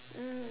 mm